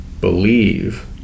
believe